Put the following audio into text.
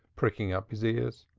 pricking up his ears.